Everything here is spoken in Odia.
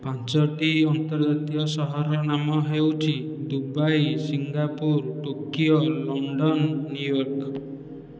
ପାଞ୍ଚଟି ଅନ୍ତର୍ଜାତୀୟ ସହରର ନାମ ହେଉଛି Dubai Singapore Tokyo London New York